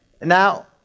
Now